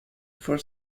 for